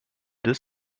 deux